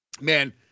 Man